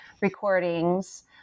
recordings